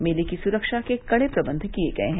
मेले की सुरक्षा के कड़े प्रबंध किए गये हैं